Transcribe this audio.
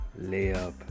Layup